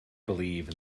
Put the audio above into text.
believe